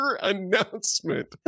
announcement